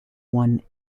one